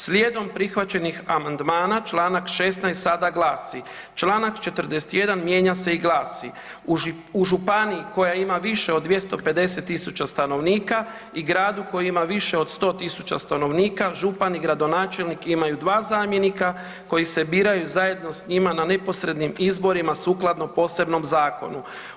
Slijedom prihvaćenih amandmana Članak 16. sada glasi: Članak 41. mijenja se i glasi: U županiji koja ima više od 250.000 stanovnika i gradu koji ima više od 100.000 stanovnika župan i gradonačelnik imaju 2 zamjenika koji se biraju zajedno s njima na neposrednim izborima sukladno posebnom zakonu.